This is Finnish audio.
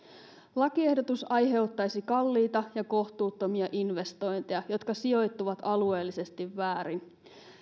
lakiehdotus aiheuttaisi kalliita ja kohtuuttomia investointeja jotka sijoittuvat alueellisesti väärin